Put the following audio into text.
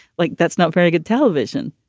like that's not very good television.